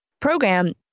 program